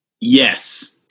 Yes